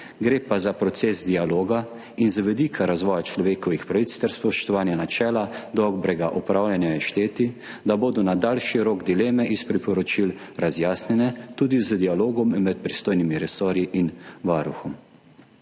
Gre pa za proces dialoga in z vidika razvoja človekovih pravic ter spoštovanja načela dobrega upravljanja je šteti, da bodo na daljši rok dileme iz priporočil razjasnjene tudi z dialogom med pristojnimi resorji in Varuhom.